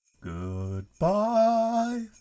Goodbye